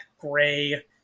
gray